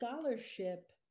scholarship